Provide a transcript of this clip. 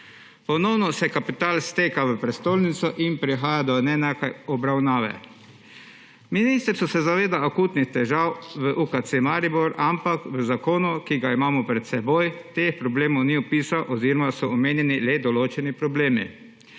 Ponovno se kapital steka v prestolnico in prihaja do neenake obravnave. Ministrstvo se zaveda akutnih težav v UKC Maribor, ampak v zakonu, ki ga imamo pred seboj, teh problemov ni opisalo oziroma so omenjeni le določeni problemi.